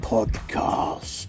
Podcast